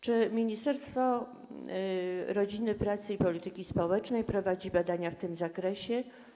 Czy Ministerstwo Rodziny, Pracy i Polityki Społecznej prowadzi badania w tym zakresie?